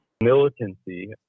militancy